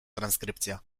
transkrypcja